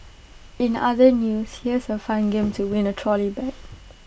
in other news here's A fun game to win A trolley bag